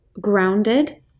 grounded